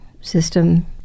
system